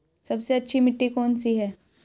सबसे अच्छी मिट्टी कौन सी है?